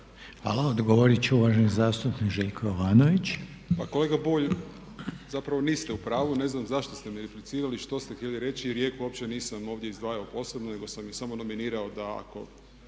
Hvala. Odgovorit će uvaženi zastupnik Željko Jovanović. **Jovanović, Željko (SDP)** Po koji put zapravo niste u pravu. Ne znam zašto ste mi replicirali, što ste htjeli riječi. Rijeku uopće nisam ovdje izdvajao posebno nego sam je samo nominirao da ako